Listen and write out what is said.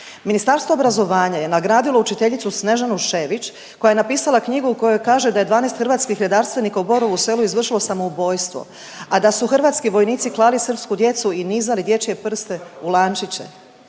Ministarstvo obrazovanja je nagradilo učiteljicu Snežanu Šević koja je napisala knjigu u kojoj kaže da je 12 hrvatskih redarstvenika u Borovu Selu izvršilo samoubojstvo, a da su hrvatski vojnici klali srpsku djecu i nizali dječje prste u lančiće.